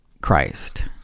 Christ